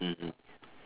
mmhmm